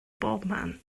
bobman